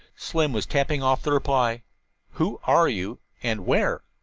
slim was tapping off the reply who are you and where?